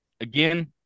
Again